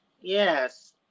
Yes